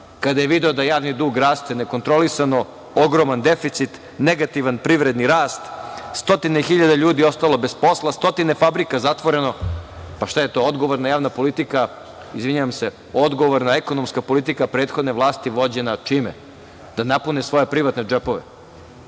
kada je video da javni dug raste nekontrolisano, ogroman deficit, negativan privredni rast, stotine hiljada ljudi ostalo bez posla, stotine fabrika zatvoreno. Šta je to? Odgovorna ekonomska politika prethodne vlasti, vođena čime? Da napune svoje privatne džepove. Dakle,